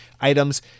items